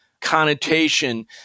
connotation